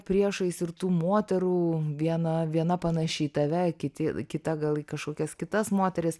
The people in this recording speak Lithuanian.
priešais ir tų moterų viena viena panaši į tave kiti kita gal į kažkokias kitas moteris